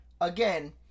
again